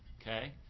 Okay